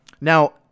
Now